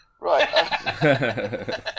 Right